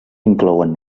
inclouen